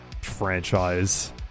franchise